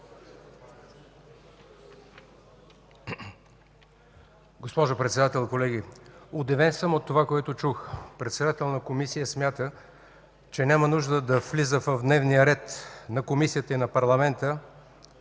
Госпожо Председател, колеги! Удивен съм от това, което чух – председател на Комисия смята, че няма нужда да влиза в дневния ред на Комисията и на парламента